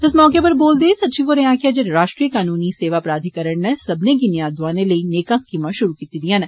इस मौके उप्पर बोलदे होई सचिव होरें आक्खेआ जे राश्ट्रीय कनूनी सेवा प्राधीकरण नै सब्बने गी न्या दोआने लेई नेकां स्कीमा पुरु कीती दियां न